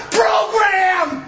program